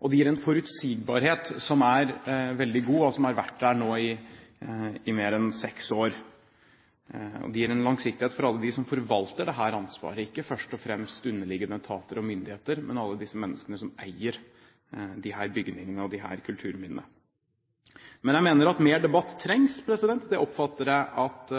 og det gir en forutsigbarhet som er veldig god, og som har vært der nå i mer enn seks år. Det gir en langsiktighet for alle dem som forvalter dette ansvaret, ikke først og fremst underliggende etater og myndigheter, men alle disse menneskene som eier disse bygningene og disse kulturminnene. Men jeg mener at mer debatt trengs. Det oppfatter jeg at